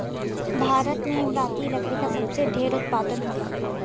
भारत में इमारती लकड़ी क सबसे ढेर उत्पादन होला